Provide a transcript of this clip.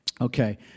Okay